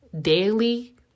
daily